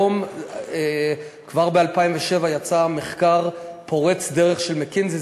כבר ב-2007 יצא מחקר פורץ דרך של "מקינזי",